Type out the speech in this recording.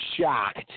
shocked